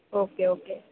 okay okay